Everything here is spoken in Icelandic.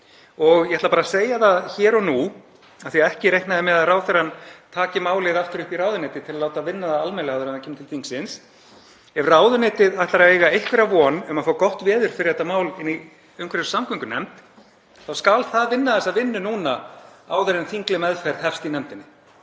Ég ætla bara að segja það hér og nú, af því að ekki reikna ég með að hæstv. ráðherra taki málið aftur upp í ráðuneyti til að láta vinna það almennilega áður en það kemur til þingsins, að ef ráðuneytið ætlar að eiga einhverja von um að fá gott veður fyrir málið í umhverfis- og samgöngunefnd þá skal það vinna þessa vinnu núna áður en þingleg meðferð hefst í nefndinni.